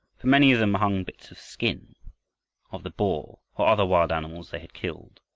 from many of them hung bits of skin of the boar or other wild animals they had killed.